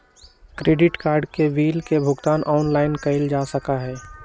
credit card के bill के भुगतान ऑनलाइन कइल जा सका हई